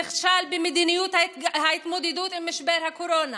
נכשל בהתמודדות עם משבר הקורונה,